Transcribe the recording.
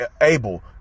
able